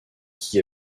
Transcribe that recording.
qui